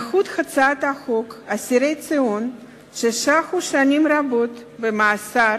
מהות הצעת החוק היא שאסירי ציון ששהו שנים רבות במאסר